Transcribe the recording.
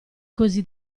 così